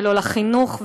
ולא לחינוך,